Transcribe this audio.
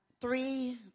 three